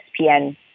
ESPN